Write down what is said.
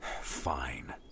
Fine